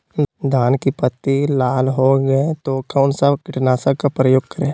धान की पत्ती लाल हो गए तो कौन सा कीटनाशक का प्रयोग करें?